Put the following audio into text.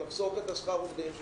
לחסוך את שכר העובדים,